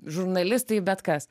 žurnalistai bet kas